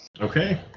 Okay